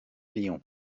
lyon